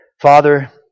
Father